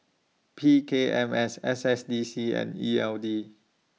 P K M S S S D C and E L D